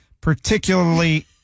particularly